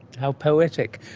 how poetic.